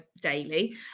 daily